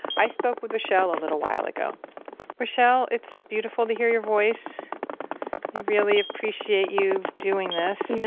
i spoke with reshell a little while ago reshell, it's beautiful to hear your voice. i really appreciate you doing this yeah